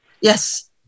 Yes